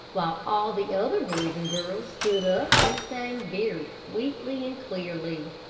while all the other boys and girls stood up, and sang very sweetly and clearly.